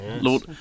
Lord